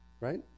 Right